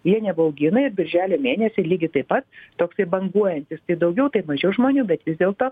jie nebaugina ir birželio mėnesį lygiai taip pat toksai banguojantis tai daugiau tai mažiau žmonių bet vis dėlto